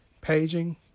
Paging